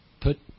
put